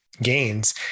Gains